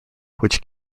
which